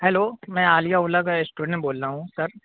hello میں عالیہ اولی کا اسٹوڈینٹ بول رہا ہوں سر